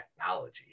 technology